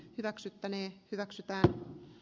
hyväksyttäneen hyväksytään